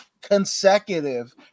consecutive